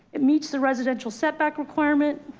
it meets the residential setback requirement.